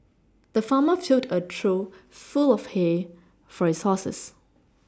the farmer filled a trough full of hay for his horses